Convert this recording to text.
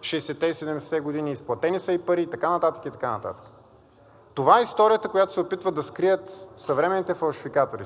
60-те и 70-те години, изплатени са и пари и така нататък, и така нататък. Това е историята, която се опитват да скрият съвременните фалшификатори.